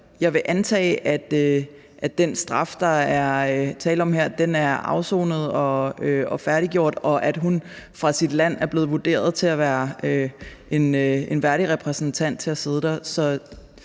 jeg vil antage, at den straf, der er tale om her, er afsonet og færdiggjort, og at hun af sit land er blevet vurderet til at være en værdig repræsentant til at sidde der.